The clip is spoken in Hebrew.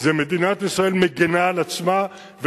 זה מדינת ישראל מגינה על עצמה,